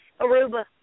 Aruba